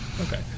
Okay